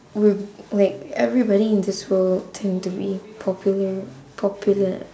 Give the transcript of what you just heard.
will like everybody in this world tend to be popular popular